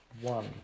one